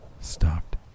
stopped